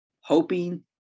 hoping